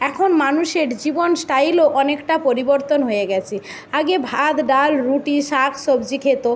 এখন মানুষের জীবন স্টাইলও অনেকটা পরিবর্তন হয়ে গিয়েছে আগে ভাত ডাল রুটি শাক সবজি খেত